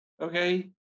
Okay